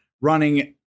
running